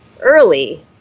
early